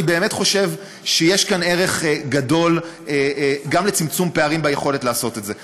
אני באמת חושב שיש כאן ערך גדול גם לצמצום פערים ביכולת לעשות את זה.